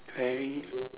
very